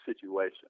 situation